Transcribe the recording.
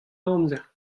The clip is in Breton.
amzer